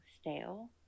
stale